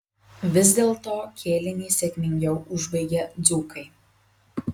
vis dėlto kėlinį sėkmingiau užbaigė dzūkai